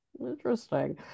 Interesting